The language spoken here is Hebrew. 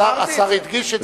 בוודאי, השר הדגיש את זה.